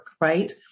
right